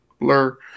blur